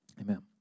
Amen